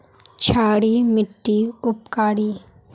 क्षारी मिट्टी उपकारी?